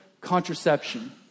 contraception